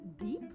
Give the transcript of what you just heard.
Deep